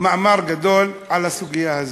מאמר גדול על הסוגיה הזאת.